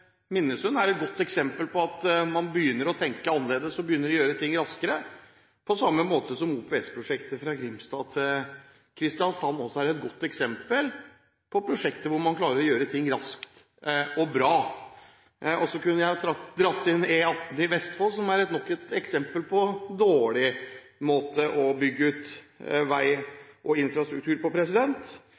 Minnesund er et godt eksempel på at man begynner å tenke annerledes og gjøre ting raskere, på samme måte som OPS-prosjektet fra Grimstad til Kristiansand også er et godt eksempel på et prosjekt hvor man klarer å gjøre ting raskt og bra. Så kunne jeg dratt inn E18 i Vestfold som er nok et eksempel på dårlig måte å bygge ut vei og infrastruktur på.